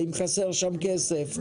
האם חסר שם כסף.